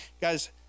guys